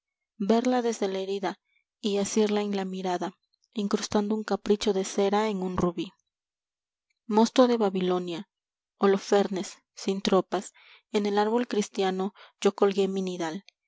verla desde la herida y asirla en la mirada incrustando un capricho de cera en un lubí mosto de babilonia holofernes sin tropas en el árbol cristiano yo colgué mi